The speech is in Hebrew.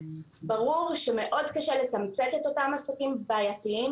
ברור שמאוד קשה לתמצת את אותם עסקים בעייתיים,